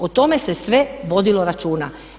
O tome se sve vodilo računa.